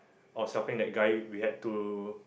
I was helping that guy react to